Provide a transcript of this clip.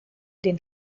den